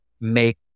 make